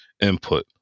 input